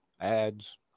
ads